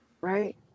Right